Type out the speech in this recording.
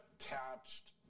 attached